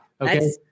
okay